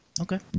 Okay